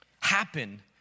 happen